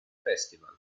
festival